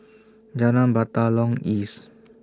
Jalan Batalong East